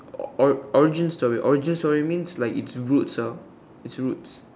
or origin story origin story means like its roots ah its roots